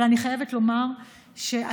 אבל אני חייבת לומר שאתה,